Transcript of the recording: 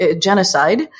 genocide